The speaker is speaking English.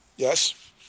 Yes